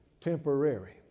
temporary